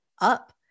up